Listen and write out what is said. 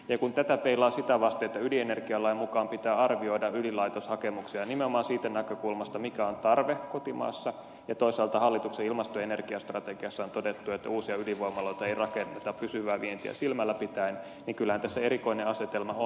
ja kun tätä peilaa sitä vasten että ydinenergialain mukaan pitää arvioida ydinlaitoshakemuksia nimenomaan siitä näkökulmasta mikä on tarve kotimaassa ja toisaalta hallituksen ilmasto ja energiastrategiassa on todettu että uusia ydinvoimaloita ei rakenneta pysyvää vientiä silmälläpitäen niin kyllähän tässä erikoinen asetelma on